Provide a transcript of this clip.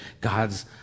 God's